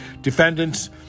Defendants